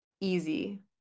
easy